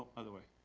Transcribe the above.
other way.